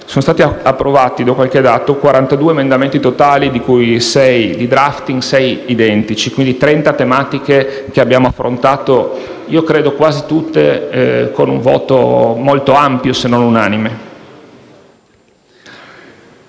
Sono stati approvati - cito qualche dato - 42 emendamenti in totale, di cui sei di *drafting* e sei identici: quindi sono 30 le tematiche che abbiamo affrontato, credo quasi tutte con un voto molto ampio, se non unanime.